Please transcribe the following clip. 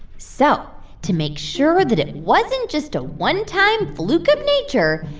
so to make sure that it wasn't just a one-time fluke of nature,